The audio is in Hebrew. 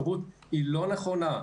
הן לא נכונות.